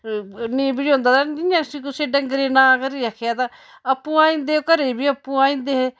नेईं बझोदां तां जियां कुसै डंगरे नांऽ करियै आखेआ तां आपूं आई जंदे घरै बी आपूं आई जंदे हे